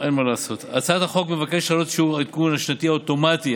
הצעת החוק מבקשת להעלות את שיעור העדכון השנתי האוטומטי,